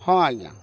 ହଁ ଆଜ୍ଞା